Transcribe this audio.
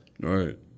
Right